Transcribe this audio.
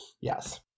Yes